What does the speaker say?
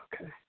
okay